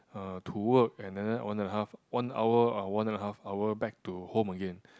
uh to work and then one and half one hour or one and half hour back to home again